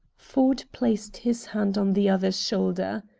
ford placed his hand on the other's shoulder.